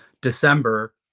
December